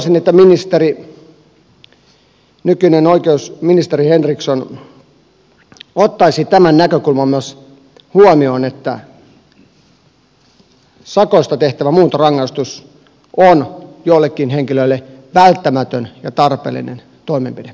toivoisin että nykyinen oikeusministeri henriksson ottaisi huomioon myös tämän näkökulman että sakoista tehtävä muuntorangaistus on joillekin henkilöille välttämätön ja tarpeellinen toimenpide